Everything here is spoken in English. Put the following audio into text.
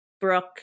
Brooke